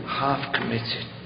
half-committed